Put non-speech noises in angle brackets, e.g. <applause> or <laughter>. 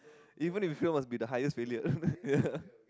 even if fail must be the highest failure <laughs> ya